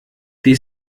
die